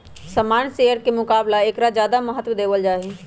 सामान्य शेयर के मुकाबला ऐकरा ज्यादा महत्व देवल जाहई